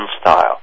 style